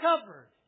covered